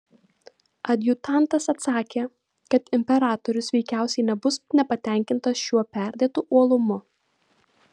adjutantas atsakė kad imperatorius veikiausiai nebus nepatenkintas šiuo perdėtu uolumu